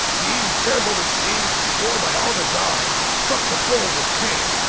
he, terrible to see, swore by all the gods, and struck the floor with his cane,